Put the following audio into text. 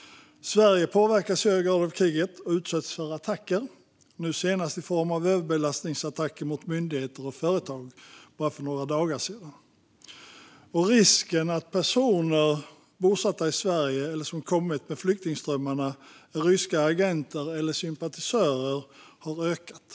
Sverige påverkas i hög grad av kriget och utsätts för attacker, nu senast i form av överbelastningsattacker mot myndigheter och företag för bara några dagar sedan. Risken att personer som är bosatta i Sverige eller som kommit med flyktingströmmarna är ryska agenter eller sympatisörer har ökat.